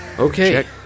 Okay